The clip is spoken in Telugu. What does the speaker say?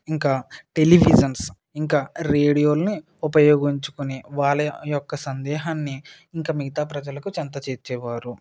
ఇంకా టెలివిజన్స్ ఇంకా రేడియోలను ఉపయోగించుకుని వాళ్ళ యొక్క సందేహాన్ని ఇంకా మిగతా ప్రజలకు చెంత చేర్చేవారు